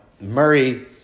Murray